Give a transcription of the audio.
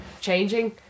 changing